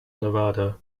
nevada